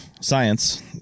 science